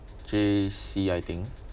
J_C I think